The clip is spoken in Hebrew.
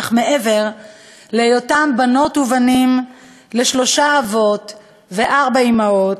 אך מעבר להיותם בנות ובנים לשלושה אבות וארבע אימהות,